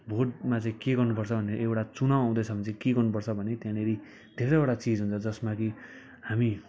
भोटमा चाहिँ के गर्नुपर्छ भने एउटा चुनाउ हुँदैछ भने चाहिँ के गर्नुपर्छ भने त्यहाँनिर धेरैवटा चिज हुन्छ जसमा कि हामी